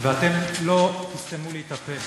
ואתם לא תסתמו לי את הפה.